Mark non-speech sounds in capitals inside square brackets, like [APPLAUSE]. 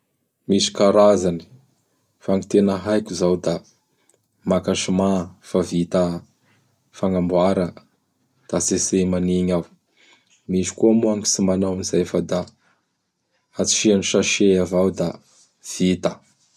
Misy karazany. Fa gny tena haiko zao da [NOISE] maka soma fa vita fagnamboara; da tsetsema an'igny ao. [NOISE] Misy koa moa gny tsy manao an'izay fada asiany sachet avao da [NOISE] vita. [NOISE]